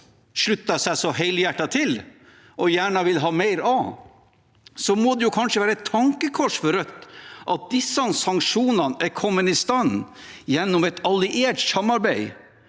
sluttet seg så helhjertet til, og gjerne vil ha mer av, må det jo være et tankekors for Rødt at disse sanksjonene er kommet i stand gjennom et alliert samarbeid,